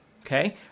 okay